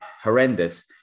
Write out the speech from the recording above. horrendous